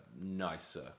nicer